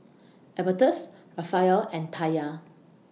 Albertus Rafael and Taya